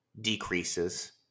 decreases